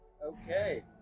Okay